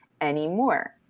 anymore